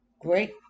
great